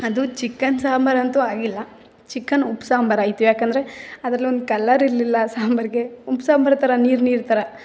ಅದು ಚಿಕನ್ ಸಾಂಬಾರು ಅಂತೂ ಆಗಿಲ್ಲ ಚಿಕನ್ ಉಪ್ಪು ಸಾಂಬಾರು ಆಯಿತು ಯಾಕೆಂದರೆ ಅದ್ರಲ್ಲಿ ಒಂದು ಕಲರ್ ಇರಲಿಲ್ಲ ಸಾಂಬಾರಿಗೆ ಉಪ್ಪು ಸಾಂಬಾರು ಥರ ನೀರು ನೀರು ಥರ